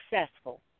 successful